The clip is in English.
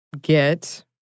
get